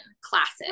classes